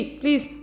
please